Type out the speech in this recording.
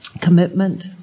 commitment